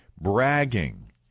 bragging